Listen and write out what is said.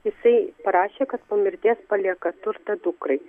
jisai parašė kad po mirties palieka turtą dukrai